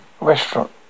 restaurant